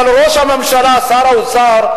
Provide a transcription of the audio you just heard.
ראש הממשלה ושר האוצר,